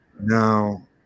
Now